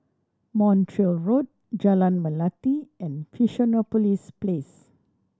Montreal Road Jalan Melati and Fusionopolis Place